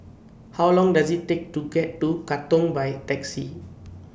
How Long Does IT Take to get to Katong By Taxi